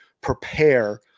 prepare